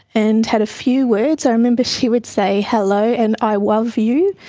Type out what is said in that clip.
and had a few words. i remember she would say hello and i wuv you.